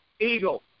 eagle